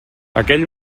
aquell